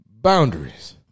Boundaries